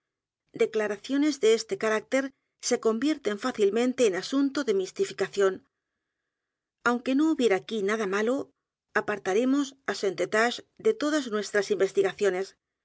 declaraciones de este carácter se convierten fácilmente en asunto de mistificación aunque no h u biera aquí nada malo apartaremos á st eustache de todas